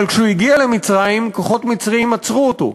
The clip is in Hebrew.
אבל כשהוא הגיע למצרים כוחות מצריים עצרו אותו.